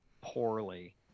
poorly